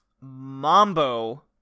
Mambo